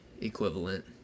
equivalent